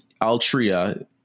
Altria